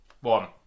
One